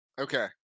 Okay